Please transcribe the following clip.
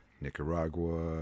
Nicaragua